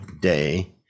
Day